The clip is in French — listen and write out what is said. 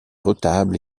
retables